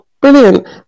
brilliant